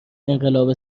انقلاب